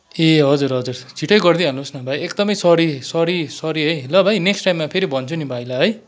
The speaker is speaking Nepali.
ए हजुर हजुर छिट्टै गरिदिइहाल्नुहोस् न एकदमै सरी सरी सरी है ल भाइ नेक्सट टाइममा म फेरि भन्छु नि भाइलाई है